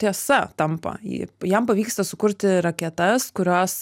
tiesa tampa ji jam pavyksta sukurti raketas kurios